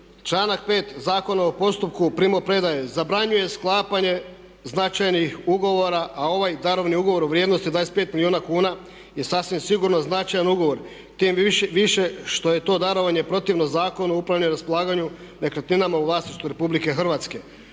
članak 5. Zakona o postupku o primopredaje, zabranjuje sklapanje značajnih ugovora a ovaj darovni ugovor u vrijednosti od 25 milijuna kuna je sasvim sigurno značajan ugovor, tim više što je to darovanje protivno zakonu upravljanja, raspolaganju nekretninama u vlasništvu RH.